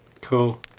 Cool